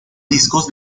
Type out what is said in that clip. discos